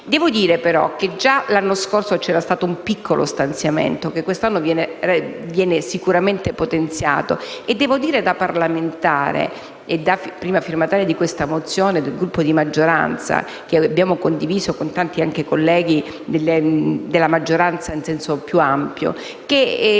Devo dire, però, che già l'anno scorso c'era stato un piccolo stanziamento, che quest'anno viene sicuramente potenziato. Da parlamentare, e da prima firmataria della mozione della maggioranza (che abbiamo condiviso anche con tanti colleghi della maggioranza intesa in senso più ampio), devo